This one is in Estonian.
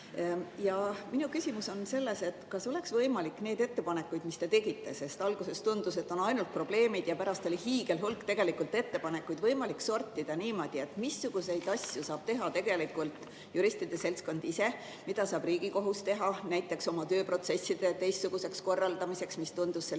Minu küsimus on, kas oleks võimalik neid ettepanekuid, mis te tegite – sest alguses tundus, et on ainult probleemid, ja pärast oli hiigelhulk ettepanekuid –, võimalik sortida niimoodi, et missuguseid asju saab teha juristide seltskond ise; mida saab Riigikohus teha näiteks oma tööprotsesside teistsuguseks korraldamiseks, mis tundus selle